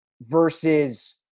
versus